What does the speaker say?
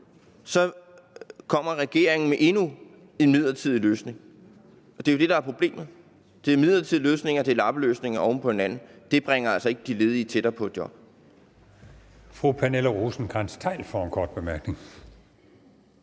kommer med endnu en midlertidig løsning. Det er jo det, der er problemet: Det er midlertidige løsninger, det er lappeløsninger, den ene oven på den anden. Det bringer altså ikke de ledige tættere på et job.